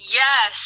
yes